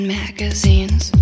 magazines